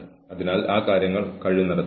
മറ്റൊരു കാര്യം ഞാൻ ഇത് വീണ്ടും ഊന്നിപ്പറയുന്നു